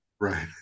right